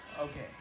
Okay